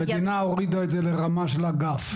המדינה הורידה את זה לרמה של אגף.